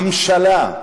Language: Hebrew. המשלה,